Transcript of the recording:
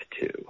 two